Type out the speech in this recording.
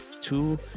two